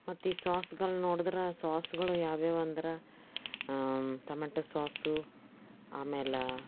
ಮತ್ತು ಈ ಸಾಸ್ಗಳು ನೋಡಿದರೆ ಸಾಸ್ಗಳು ಯಾವ್ಯಾವು ಅಂದ್ರೆ ಟೊಮೆಟೊ ಸಾಸು ಆಮೇಲೆ